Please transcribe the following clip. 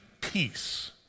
peace